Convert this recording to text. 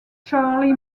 charlie